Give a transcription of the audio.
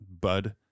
Bud